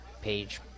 Page